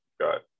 got